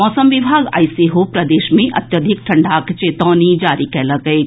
मौसम विभाग आइ सेहो प्रदेश मे अत्यधिक ठंढ़ाक चेतौनी जारी कयलक अछि